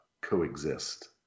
coexist